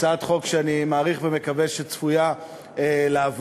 הצעת חוק שאני מעריך ומקווה שצפויה לעבור.